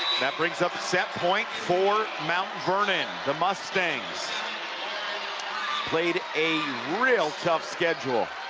that brings up set point for mount vernon, the mustangs played a real tough schedule.